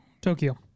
Tokyo